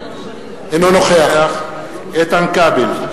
אינו נוכח איתן כבל,